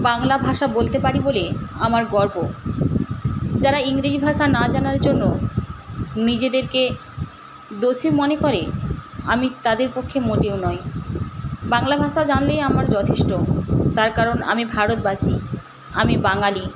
বাংলা ভাষা বলতে পারি বলে আমার গর্ব যারা ইংরেজি ভাষা না জানার জন্য নিজেদেরকে দোষী মনে করে আমি তাদের পক্ষে মোটেও নয় বাংলা ভাষা জানলেই আমার যথেষ্ট তার কারণ আমি ভারতবাসী আমি বাঙালি